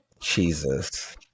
Jesus